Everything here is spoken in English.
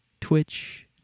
Twitch